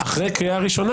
כבר אחרי קריאה ראשונה,